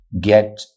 get